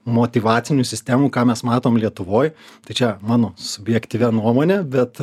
motyvacinių sistemų ką mes matom lietuvoj tai čia mano subjektyvia nuomone bet